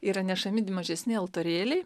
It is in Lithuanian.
yra nešami d mažesni altorėliai